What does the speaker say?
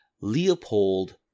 Leopold